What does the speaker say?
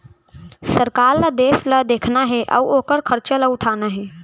सरकार ल देस ल देखना हे अउ ओकर खरचा ल उठाना हे